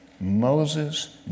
Moses